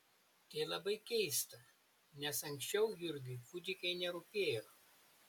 tai labai keista nes anksčiau jurgiui kūdikiai nerūpėjo